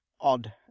odd